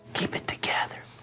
keep it together.